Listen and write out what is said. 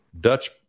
Dutch